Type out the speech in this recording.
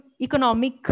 economic